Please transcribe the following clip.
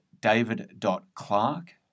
david.clark